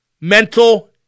Mental